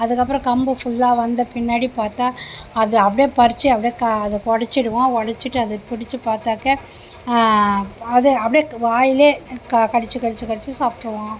அதுக்கப்புறம் கம்பு ஃபுல்லாக வந்த பின்னாடி பார்த்தா அது அப்படியே பறிச்சு அப்படியே கா அதை உடச்சிடுவோம் உடச்சிட்டு அது பிடிச்சு பார்த்தாக்க அது அப்படியே வாயிலே கா கடிச்சு கடிச்சு கடிச்சு சாப்பிட்ருவோம்